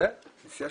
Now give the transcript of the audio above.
נסיעה